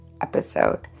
episode